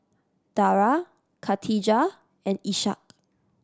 Dara Katijah and Ishak